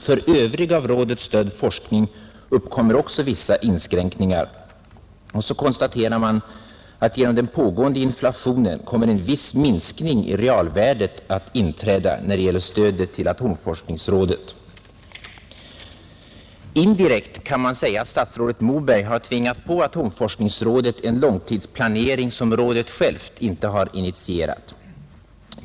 För övrig av AFR stödd forskning uppkommer också vissa inskränkningar.” Och så konstaterar man att genom den pågående inflationen kommer en viss minskning i realvärdet att inträda när det gäller stödet till atomforskningsrådet. Indirekt kan man säga att statsrådet Moberg har tvingat på atomforskningsrådet en långtidsplanering som rådet självt inte har initierat.